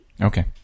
Okay